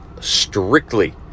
strictly